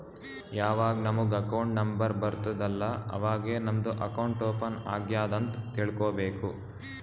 ಯಾವಾಗ್ ನಮುಗ್ account number ಬರ್ತುದ್ ಅಲ್ಲಾ ಅವಾಗೇ ನಮ್ದು ಅಕೌಂಟ್ ಓಪನ್ ಆಗ್ಯಾದ್ ಅಂತ್ ತಿಳ್ಕೋಬೇಕು